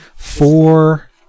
four